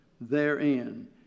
therein